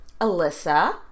Alyssa